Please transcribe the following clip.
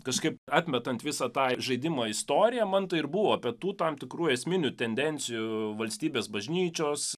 kažkaip atmetant visą tą ir žaidimo istoriją man tai ir buvo apie tų tam tikrų esminių tendencijų valstybės bažnyčios